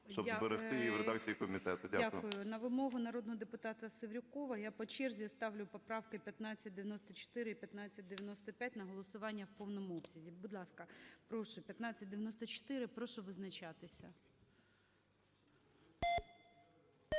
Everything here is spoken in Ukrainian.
щоб зберегти її в редакції комітету. Дякую. ГОЛОВУЮЧИЙ. Дякую. На вимогу народного депутатаСеврюкова я по черзі ставлю поправки 1594 і 1595 на голосування в повному обсязі. Будь ласка, прошу 1594. Прошу визначатися.